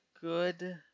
good